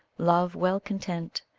love, well content,